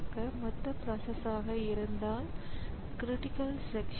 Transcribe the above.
எனவே ஸிபியு வேறு சில கணக்கீடுகளை செய்ய முடியும்